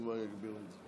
הם כבר יגבירו את זה.